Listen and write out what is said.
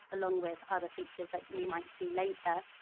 along with other features that we might see later.